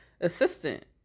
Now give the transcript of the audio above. assistant